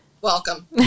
welcome